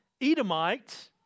Edomite